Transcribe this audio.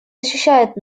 защищает